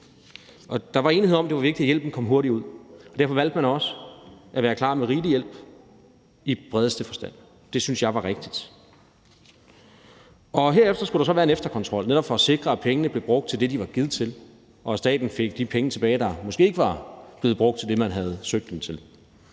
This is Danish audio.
jo var vigtigt, at hjælpen kom hurtigt ud, og derfor valgte man også at være klar med rigelig hjælp i bredeste forstand. Det synes jeg var rigtigt. Herefter skulle der så være en efterkontrol netop for at sikre, at pengene blev brugt til det, de var givet til, og at staten fik de penge tilbage, der måske ikke var blevet brugt til det, man havde søgt dem til.